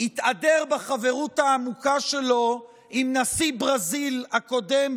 התהדר בחברות העמוקה שלו עם נשיא ברזיל הקודם,